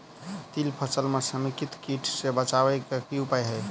तिल फसल म समेकित कीट सँ बचाबै केँ की उपाय हय?